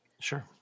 Sure